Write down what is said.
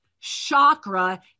chakra